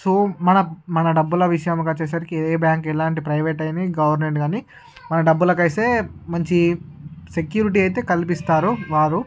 so మన మన డబ్బులు విషయాలు దగ్గరికి వచ్చేసరికి ఏ బ్యాంక్ ఎలాంటి ప్రైవేట్ కాని గవర్నమెంట్ కాని మన డబ్బులకైతే మంచి సెక్యూరిటీ అయితే కల్పిస్తారు వారు